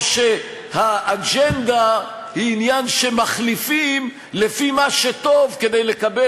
או שהאג'נדה היא עניין שמחליפים לפי מה שטוב כדי לקבל